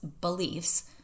beliefs